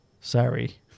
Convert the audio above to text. sorry